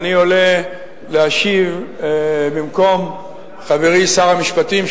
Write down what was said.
כשאני עולה להשיב במקום חברי שר המשפטים,